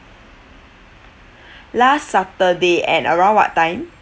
last saturday at around what time